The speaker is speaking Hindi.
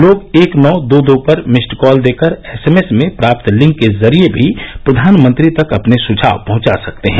लोग एक नीं दो दो पर मिस्ड कॉल देकर एसएमएस में प्राप्त लिंक के जरिए भी प्रधानमंत्री तक अपने सुझाव पहचा सकते हैं